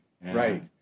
right